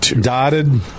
dotted